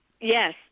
yes